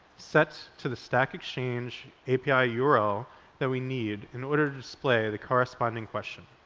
set to the stack exchange api url that we need in order to display the corresponding question.